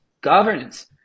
governance